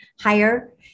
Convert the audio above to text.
higher